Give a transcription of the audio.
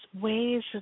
ways